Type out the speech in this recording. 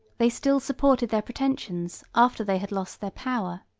they still supported their pretensions after they had lost their power.